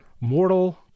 Mortal